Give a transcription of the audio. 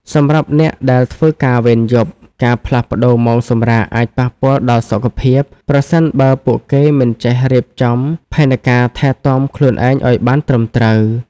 សម្រាប់អ្នកដែលធ្វើការវេនយប់ ការផ្លាស់ប្តូរម៉ោងសម្រាកអាចប៉ះពាល់ដល់សុខភាព ប្រសិនបើពួកគេមិនចេះរៀបចំផែនការថែទាំខ្លួនឯងឱ្យបានត្រឹមត្រូវ។